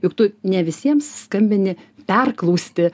juk tu ne visiems skambini perklausti